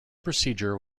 procedure